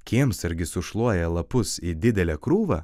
kiemsargis sušluoja lapus į didelę krūvą